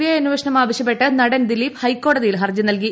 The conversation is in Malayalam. ഐ അന്വേഷണം ആവശ്യപ്പെട്ട് നടൻ ദിലീപ് ഹൈക്കോടതിയിൽ ഹർജി നൽകി